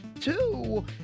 Two